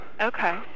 Okay